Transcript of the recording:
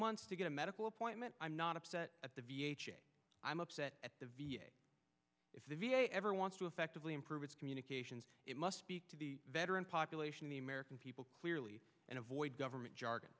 months to get a medical appointment i'm not upset at the v a i'm upset at the v a if the v a ever wants to effectively improve its communications it must speak to the veteran population the american people clearly and avoid government jargon